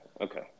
okay